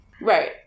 Right